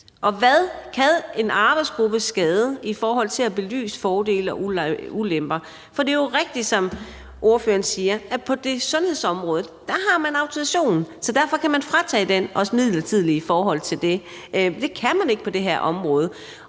Hvad kan en arbejdsgruppe skade i forhold til at belyse fordele og ulemper? For det er jo rigtigt, som ordføreren siger, at på sundhedsområdet har man autorisation, så derfor kan man fratage dem retten, også midlertidigt, i forhold til det. Det kan man ikke på det her område.